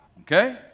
Okay